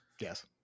Yes